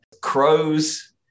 crows